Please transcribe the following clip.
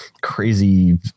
crazy